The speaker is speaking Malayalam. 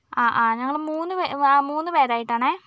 ആ ആ ഞങ്ങള് മൂന്ന് പേ മൂന്ന് പേരായിട്ടാണേ